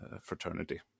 fraternity